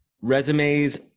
Resumes